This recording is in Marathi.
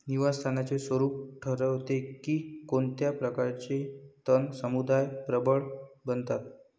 निवास स्थानाचे स्वरूप ठरवते की कोणत्या प्रकारचे तण समुदाय प्रबळ बनतात